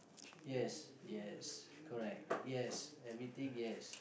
yes yes correct yes everything yes